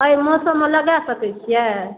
अइ मौसममे लगा सकै छियै